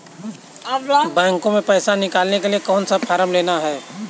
Bank में पैसा निकालने के लिए कौन सा फॉर्म लेना है?